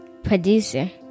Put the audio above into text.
producer